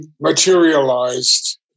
materialized